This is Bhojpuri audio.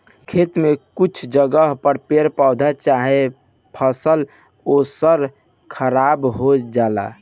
खेत में कुछ जगह पर पेड़ पौधा चाहे फसल ओसल खराब हो जाला